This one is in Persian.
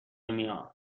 میاد